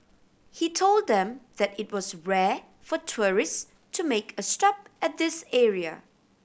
he told them that it was rare for tourist to make a stop at this area